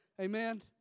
Amen